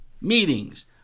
meetings